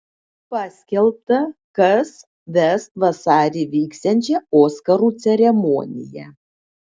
paskelbta kas ves vasarį vyksiančią oskarų ceremoniją